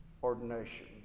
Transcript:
ordination